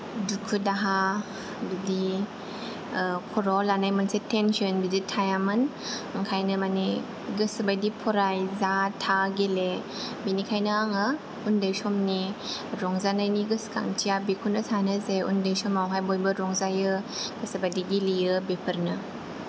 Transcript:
दुखु दाहा बिदि ओ खर'आव लानाय मोनसे तेन्सन बिदि थायामोन ओंखायनो माने गोसो बायदि फराय जा था गेले बिनिखायनो आङो उन्दै समनि रंजानायनि गोसोखांथिआ बेखौनो सानो जे उन्दै समावहाय बयबो रंजायो गोसो बायदि गेलेयो बेफोरनो